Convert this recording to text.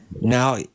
Now